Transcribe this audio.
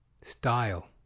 style